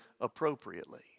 appropriately